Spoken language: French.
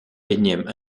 énième